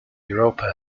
europa